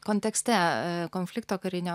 kontekste konflikto karinio